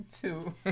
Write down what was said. two